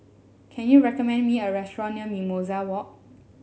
can you recommend me a restaurant near Mimosa Walk